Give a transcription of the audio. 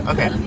Okay